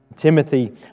Timothy